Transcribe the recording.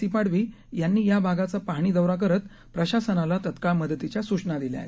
C Padvi यांनी या भागाचा पाहणी दौरा करत प्रशासनाला तात्काळ मदतीच्या सूचना दिल्या आहेत